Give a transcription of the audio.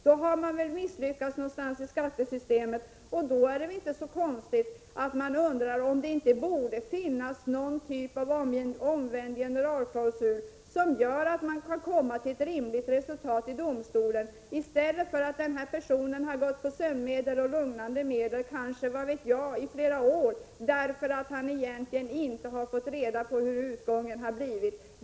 Då har man väl misslyckats någonstans i skattesystemet, och då är det väl inte så konstigt att man undrar om det inte borde finnas någon typ av omvänd generalklausul som gör att man kan komma fram till ett rimligt resultat i domstolen, i stället för att den här personen kanske har fått gå på sömnmedel och lugnande medel, vad vet jag, i flera år, därför att han egentligen inte har fått reda på hur utgången har blivit?